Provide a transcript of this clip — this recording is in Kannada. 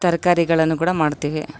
ತರಕಾರಿಗಳನ್ನು ಕೂಡ ಮಾಡ್ತಿವಿ